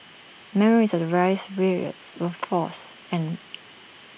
memories and race riots were forth and